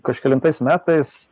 kažkelintais metais